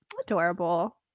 adorable